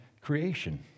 creation